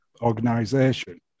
organization